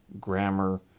grammar